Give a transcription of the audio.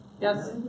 Yes